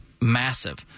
massive